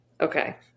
Okay